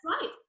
right